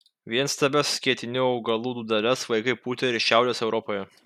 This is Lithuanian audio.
vienstiebes skėtinių augalų dūdeles vaikai pūtė ir šiaurės europoje